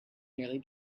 nearly